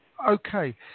Okay